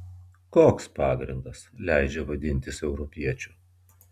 koks pagrindas leidžia vadintis europiečiu